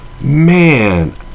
man